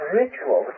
ritual